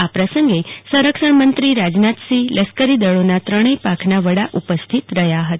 આ પ્રસંગે સંરક્ષણ મત્રી રાજનાથસિંહ લશ્કરી દળોની ત્રણેય પાંખના વડા ઉપસ્થિત રહયા હતા